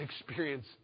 experience